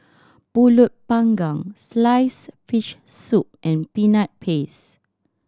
Pulut Panggang sliced fish soup and Peanut Paste